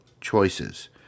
choices